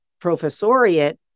professoriate